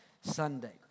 Sunday